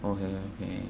okay